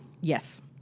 Yes